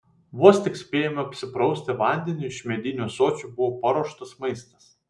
vos tik spėjome apsiprausti vandeniu iš medinių ąsočių buvo paruoštas maistas